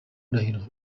ndahiro